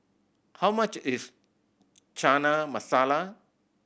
how much is Chana Masala